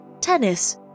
tennis